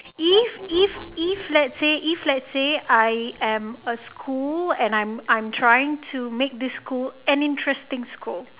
if if if let's say if let's say I am a school and I'm I'm trying to make this school an interesting school